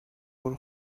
برو